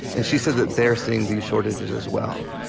and she said that they're seeing these shortages as well.